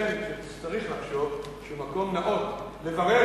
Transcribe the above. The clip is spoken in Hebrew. ייתכן שצריך לחשוב שהמקום הנאות לברר